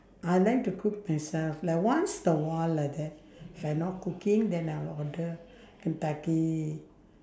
I like to cook myself like once a while like that if I not cooking then I will order kentucky